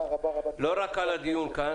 לא רק על הדיון כאן,